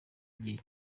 igihe